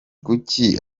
kuki